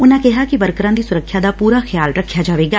ਉਨਾਂ ਕਿਹਾ ਕਿ ਵਰਕਰਾਂ ਦੀ ਸੁਰੱਖਿਆ ਦਾ ਪੁਰਾ ਖਿਆਲ ਰੱਖਿਆ ਜਾਵੇਗਾ